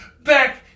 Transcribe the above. back